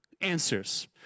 answers